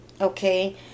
Okay